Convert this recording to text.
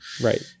Right